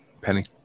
Penny